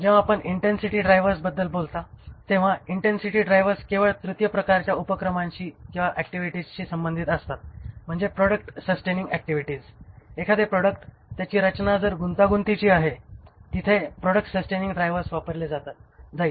जेव्हा आपण इंटेन्सिटी ड्रायव्हर्सबद्दल बोलता तेव्हा इंटेन्सिटी ड्राइव्हर्स केवळ तृतीय प्रकारच्या उपक्रमांशी संबंधित असतात त्या म्हणजे प्रॉडक्ट सस्टेनिंग ऍक्टिव्हिटीज एखादे प्रॉडक्ट आणि त्याची रचना जर गुंतागुंतीची आहे तिथे प्रॉडक्ट इंटेन्सिटी ड्रायव्हर्स वापरले जाईल